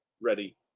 ready